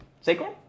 Sacrum